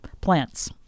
plants